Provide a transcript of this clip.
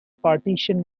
partition